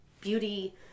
beauty